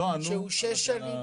אני שואל שאלה,